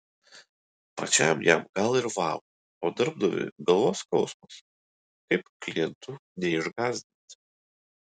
pačiam jam gal ir vau o darbdaviui galvos skausmas kaip klientų neišgąsdinti